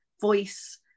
voice